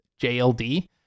JLD